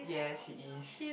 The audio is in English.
yes she is